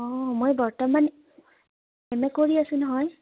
অঁ মই বৰ্তমান এম এ কৰি আছোঁ নহয়